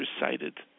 recited